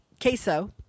queso